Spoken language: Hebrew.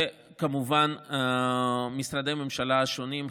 וכמובן משרדי הממשלה השונים,